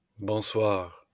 Bonsoir